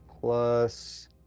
plus